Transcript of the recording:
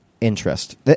interest